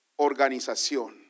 organización